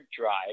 drive